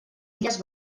illes